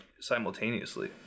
simultaneously